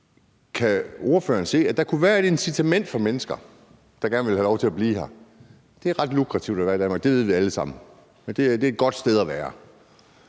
kan ordføreren så se, at der kunne være et incitament, altså for de mennesker, der gerne vil have lov til at blive her? Det er ret lukrativt at være i Danmark, det ved vi alle sammen; det er et godt sted at være.